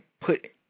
put